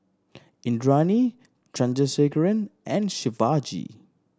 Indranee Chandrasekaran and Shivaji